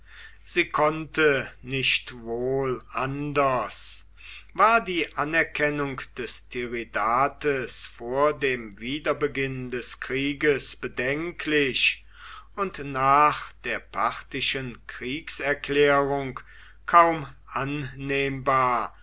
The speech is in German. sie konnte nicht wohl anders war die anerkennung des tiridates vor dem wiederbeginn des krieges bedenklich und nach der parthischen kriegserklärung kaum annehmbar